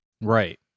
right